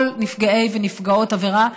כל נפגעי ונפגעות עבירה.